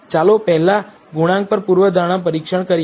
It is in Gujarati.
તો ચાલો પહેલા ગુણાંક પર પૂર્વધારણા પરીક્ષણ કરીએ